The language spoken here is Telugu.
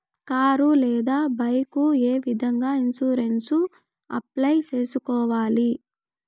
కారు లేదా బైకు ఏ విధంగా ఇన్సూరెన్సు అప్లై సేసుకోవాలి